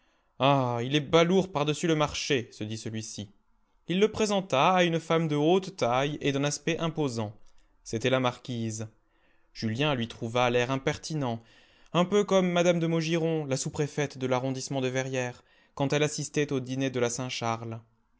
ah il est balourd par-dessus le marché se dit celui-ci il le présenta à une femme de haute taille et d'un aspect imposant c'était la marquise julien lui trouva l'air impertinent un peu comme mme de maugiron la sous-préfète de l'arrondissement de verrières quand elle assistait au dîner de la saint charles